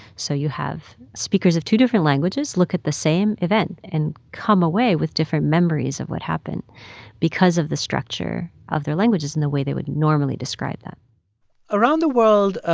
so you have speakers of two different languages look at the same event and come away with different memories of what happened because of the structure of their languages and the way they would normally describe them around the world,